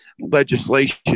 legislation